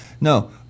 no